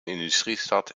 industriestad